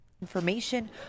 Information